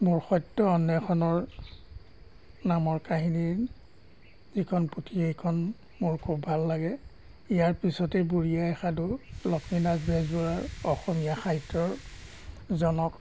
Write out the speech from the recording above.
মোৰ সত্য অন্বেষণৰ নামৰ কাহিনীৰ যিখন পুথি সেইখন মোৰ খুব ভাল লাগে ইয়াৰ পিছতে বুঢ়ী আইৰ সাধু লক্ষ্মীনাথ বেজবৰুৱাৰ অসমীয়া সাহিত্যৰ জনক